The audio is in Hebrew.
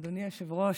אדוני היושב-ראש,